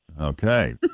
Okay